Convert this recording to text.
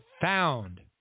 found